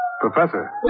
Professor